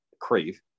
Crave